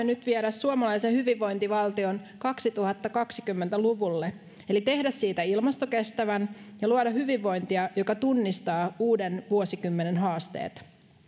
nyt viedä suomalaisen hyvinvointivaltion kaksituhattakaksikymmentä luvulle eli tehdä siitä ilmastokestävän ja luoda hyvinvointia joka tunnistaa uuden vuosikymmenen haasteet